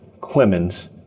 Clemens